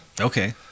Okay